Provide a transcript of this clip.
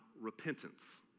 repentance